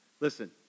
Listen